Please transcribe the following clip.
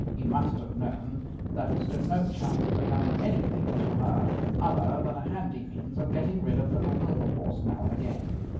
he must have known that he stood no chance of becoming anything to her other than a handy means of getting rid of little wilberforce now and again.